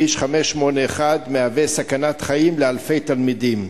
כביש 581, מהווה סכנת חיים לאלפי תלמידים.